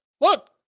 Look